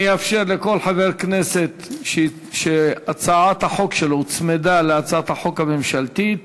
אני אאפשר לכל חבר כנסת שהצעת החוק שלו הוצמדה להצעת החוק הממשלתית